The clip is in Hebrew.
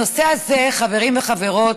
הנושא הזה, חברים וחברות,